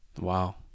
Wow